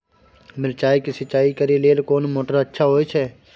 मिर्चाय के सिंचाई करे लेल कोन मोटर अच्छा होय छै?